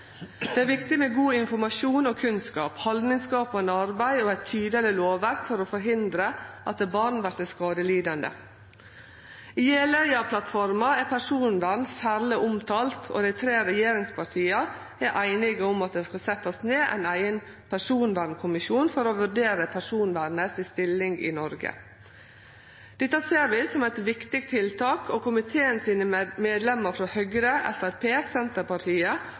Det er viktig med god informasjon og kunnskap, haldningsskapande arbeid og eit tydeleg lovverk for å forhindre at barn vert skadelidande. I Jeløya-plattforma er personvern særleg omtalt, og dei tre regjeringspartia er einige om at det skal setjast ned ein eigen personvernkommisjon for å vurdere stillinga til personvernet i Noreg. Dette ser vi som eit viktig tiltak, og komitémedlemene frå Høgre, Framstegspartiet, Senterpartiet